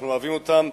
אנחנו אוהבים אותם,